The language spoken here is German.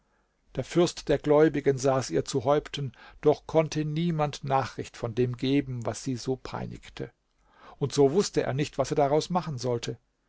der fürst der gläubigen saß ihr zu häupten doch konnte niemand nachricht von dem geben was sie so peinigte und so wußte er nicht was er daraus machen sollte